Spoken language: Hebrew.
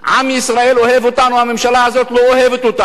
עם ישראל אוהב אותנו, הממשלה הזאת לא אוהבת אותנו.